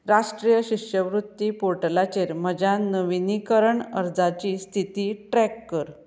राष्ट्रीय शिश्यवृत्ती पोर्टलाचेर म्हज्या नविनीकरण अर्जाची स्थिती ट्रॅक कर